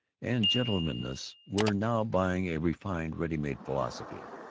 and gentlemanliness, were now buying a refined ready-made philosophy.